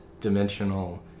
dimensional